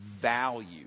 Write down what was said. Value